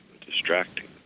distracting